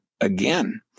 again